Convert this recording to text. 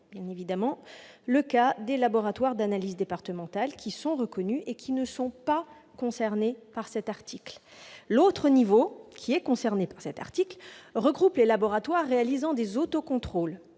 bien évidemment le cas des laboratoires d'analyses départementaux, qui ne sont pas concernés par cet article. L'autre niveau, qui, lui, est visé par cet article, regroupe les laboratoires réalisant des autocontrôles